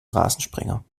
rasensprenger